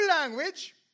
language